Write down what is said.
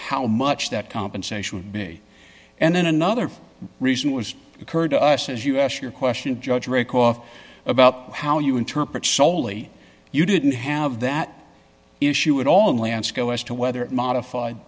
how much that compensation would be and then another reason was occurred to us as you ask your question of judge raycroft about how you interpret soli you didn't have that issue at all lance go as to whether it modified